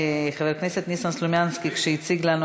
כשחבר הכנסת ניסן סלומינסקי הציג לנו